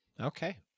Okay